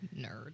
Nerd